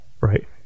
right